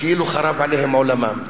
כאילו חרב עליהם עולמם.